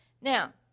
Now